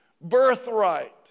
birthright